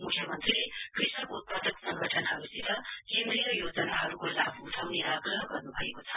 मुख्यमन्त्रीले कृषक उत्पादक संगठनहरुसित केन्द्रीय योजनाहरुको लाभ उठाउने आग्रह गर्नुभएको छ